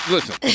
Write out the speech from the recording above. Listen